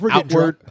Outward